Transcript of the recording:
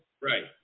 right